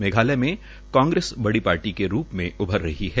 मेघालय में कांग्रेस बड़ी पार्टीके रूप में उभरी रही है